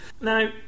now